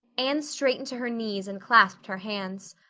anne straightened to her knees and clasped her hands.